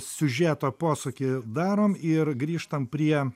siužeto posūkį darom ir grįžtam prie